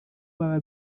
baba